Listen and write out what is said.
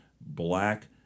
black